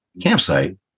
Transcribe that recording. campsite